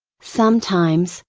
sometimes,